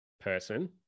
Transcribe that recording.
person